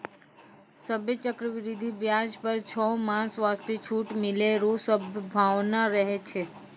सभ्भे चक्रवृद्धि व्याज पर छौ मास वास्ते छूट मिलै रो सम्भावना रहै छै